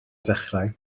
dechrau